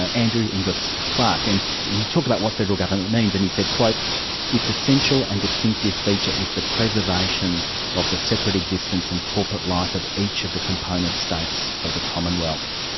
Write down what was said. ah andrew inglis clark, and he talked about what federal government means, and he said, its essential and distinctive feature is the preservation of the separate existence and corporate life of each of the component states of the commonwealth.